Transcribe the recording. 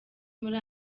muri